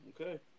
Okay